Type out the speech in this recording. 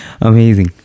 amazing